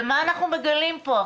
ומה אנחנו מגלים פה?